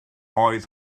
oedd